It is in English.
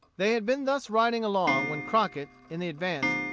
they had been thus riding along when crockett, in the advance,